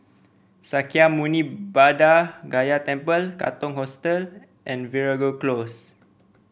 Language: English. Sakya Muni Buddha Gaya Temple Katong Hostel and Veeragoo Close